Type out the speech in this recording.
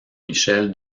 michel